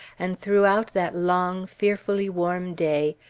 and throughout that long fearfully warm day,